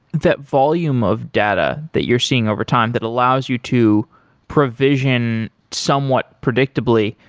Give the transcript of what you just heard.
that volume of data that you're seeing over time that allows you to provision somewhat predictably.